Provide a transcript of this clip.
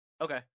Okay